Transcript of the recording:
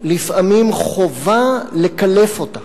לפעמים חובה, לקלף אותה.